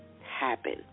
happen